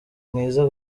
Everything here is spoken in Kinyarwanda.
mwiza